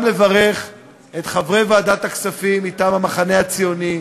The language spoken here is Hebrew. לברך את חברי ועדת הכספים מטעם המחנה הציוני: